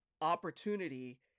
opportunity